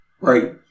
right